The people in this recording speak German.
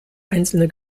einzelne